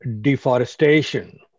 deforestation